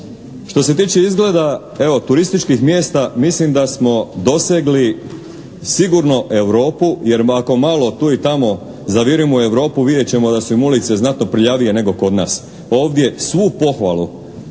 Što se tiče izgleda, evo, turističkih mjesta mislim da smo dosegli sigurno Europu jer ako malo tu i tamo zavirimo u Europu vidjet ćemo da su im ulice znatno prljavije nego kod nas. Ovdje svu pohvalu